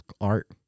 art